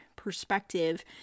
perspective